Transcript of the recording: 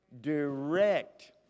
direct